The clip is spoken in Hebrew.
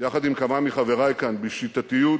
יחד עם כמה מחברי כאן בשיטתיות